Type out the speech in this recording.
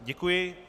Děkuji.